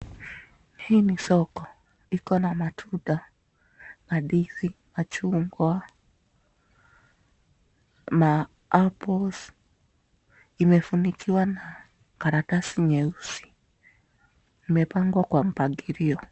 Hii ni soko iko na matunda, mandizi, machungwa, ma apples, imefunikiwa na karatasi nyeusi imepangwa kwa mpangilio.